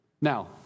Now